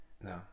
no